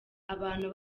abantu